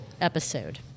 episode